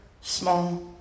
small